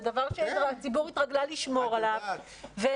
זה דבר שהציבור התרגלה לשמור עליו.